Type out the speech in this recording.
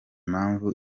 mpamvu